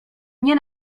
nie